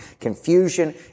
Confusion